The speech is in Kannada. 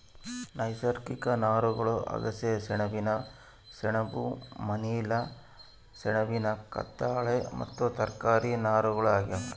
ನೈಸರ್ಗಿಕ ನಾರುಗಳು ಅಗಸೆ ಸೆಣಬಿನ ಸೆಣಬು ಮನಿಲಾ ಸೆಣಬಿನ ಕತ್ತಾಳೆ ಮತ್ತು ತರಕಾರಿ ನಾರುಗಳು ಆಗ್ಯಾವ